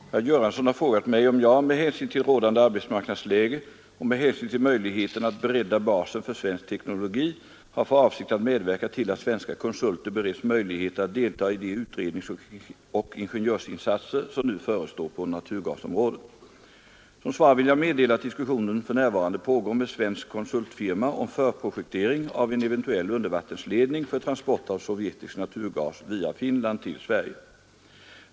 Herr talman! Herr Göransson har frågat mig om jag, med hänsyn till rådande arbetsmarknadsläge och med hänsyn till möjligheterna att bredda basen för svensk teknologi, har för avsikt att medverka till att svenska konsulter bereds möjligheter att delta i de utredningsoch ingenjörsinsatser som nu förestår på naturgasområdet. Som svar vill jag meddela att diskussion för närvarande pågår med svensk konsultfirma om förprojektering av en eventuell undervattensledning för transport av sovjetisk naturgas via Finland till Sverige.